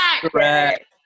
Correct